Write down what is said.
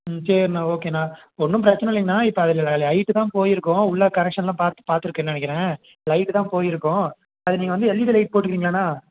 ம் சரிண்ணா ஓகேண்ணா ஒன்றும் பிரச்சின இல்லைங்கண்ணா இப்போ அதில் லைட்டு தான் போயிருக்கும் உள்ளே கனெக்ஷனெலாம் பாத் பார்த்திருக்கேன்னு நினைக்கிறேன் லைட்டு தான் போயிருக்கும் அது நீங்கள் வந்து எல்ஈடி லைட் போட்டுக்கிறீங்களாண்ணா